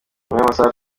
y’amasaha